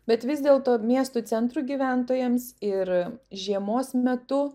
bet vis dėlto miestų centrų gyventojams ir žiemos metu